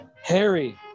Harry